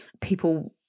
people